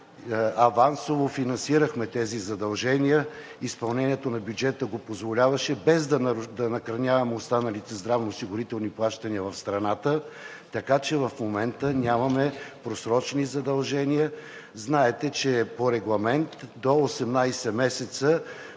авансово финансирахме тези задължения, изпълнението на бюджета го позволяваше, без да накърняваме останалите здравноосигурителни плащания в страната, така че в момента нямаме просрочени задължения. Знаете, че по регламент до 18 месеца